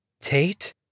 Tate